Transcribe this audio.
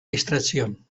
distracción